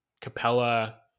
Capella